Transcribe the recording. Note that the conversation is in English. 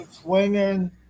swinging